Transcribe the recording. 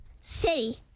City